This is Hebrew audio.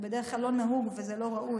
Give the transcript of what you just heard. זה בדרך כלל לא נהוג וזה לא ראוי.